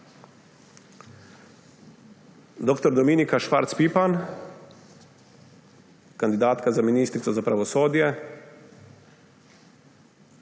Dr. Dominika Švarc Pipan, kandidatka za ministrico za pravosodje.